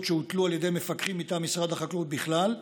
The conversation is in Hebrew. שהוטלו על ידי מפקחים מטעם משרד החקלאות בכלל,